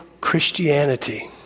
Christianity